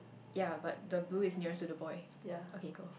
yea but the blue is nearest to the boy okay go